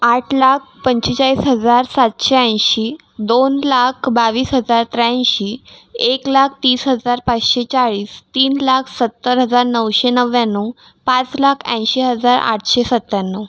आठ लाख पंचेचाळीस हजार सातशे ऐंशी दोन लाख बावीस हजार त्र्याऐंशी एक लाख तीस हजार पाचशे चाळीस तीन लाख सत्तर हजार नऊशे नव्याण्णव पाच लाख ऐंशी हजार आठशे सत्त्याण्णव